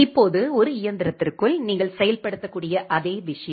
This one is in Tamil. இப்போது ஒரு இயந்திரத்திற்குள் நீங்கள் செயல்படுத்தக்கூடிய அதே விஷயம்